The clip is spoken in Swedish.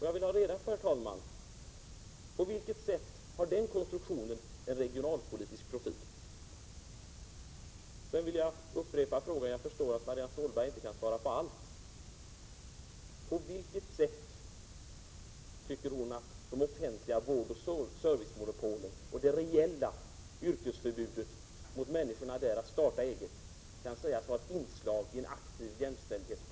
Jag vill ha reda på: På vilket sätt har den konstruktionen en regionalpolitisk profil? Sedan vill jag upprepa en fråga, även om jag förstår att inte Marianne Stålberg kan svara på allt: På vilket sätt tycker Marianne Stålberg att det offentliga vårdoch servicemonopolet och det reella yrkesförbudet på dessa områden — förbud för människor att starta eget — kan sägas vara inslag i en aktiv jämställdhetspolitik?